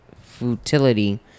futility